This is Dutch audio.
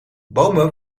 bomen